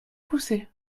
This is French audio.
poussez